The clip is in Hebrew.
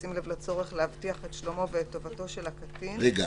בשים לב לצורך להבטיח את שלומו ואת טובתו של הקטין." רגע,